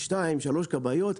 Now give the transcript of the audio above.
שתיים-שלוש כבאיות.